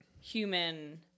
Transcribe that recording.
human